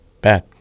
Bad